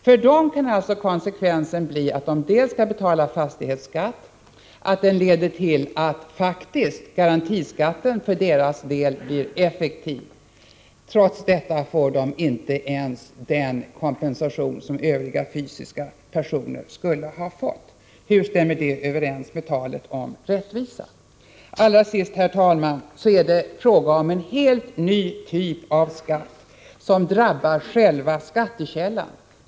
För dem kan konsekvensen bli, förutom att de skall betala fastighetsskatt, att garantiskatten för deras del faktiskt blir effektiv. Trots detta får de inte ens den kompensation som övriga fysiska personer får. Hur stämmer det överens med talet om rättvisa? Till sist vill jag säga, herr talman, att det är fråga om en helt ny typ av skatt, som drabbar själva skattekällan.